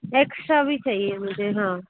extra भी चाहिए मुझे हाँ